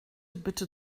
bitte